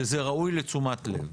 שזה ראוי לתשומת לב.